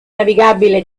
navigabile